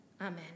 Amen